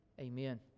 amen